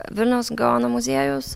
vilniaus gaono muziejaus